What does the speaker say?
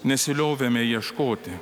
nesiliovėme ieškoti